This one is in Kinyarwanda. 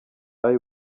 eye